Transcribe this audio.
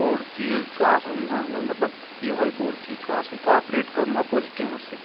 بوٚڑ چیٖز چھُ آسان اِنسانس منٛز مطلب یۄہے بوٚڑ چیٖز چھُ آسان کاپریٹ کرُن اپوزِٹ ٹیٖمس سۭتۍ